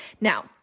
Now